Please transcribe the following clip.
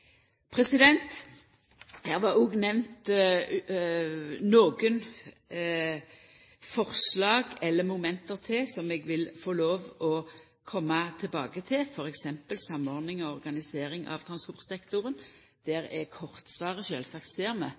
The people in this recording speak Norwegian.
arbeidet. Her var det òg nemnt nokre forslag eller moment til som eg må få lov til å koma tilbake til, f.eks. samordning og organisering av transportsektoren. Der er kort svaret: Sjølvsagt